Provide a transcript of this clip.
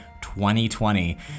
2020